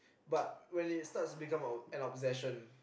but when it starts become ob~ an obsession